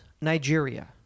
Nigeria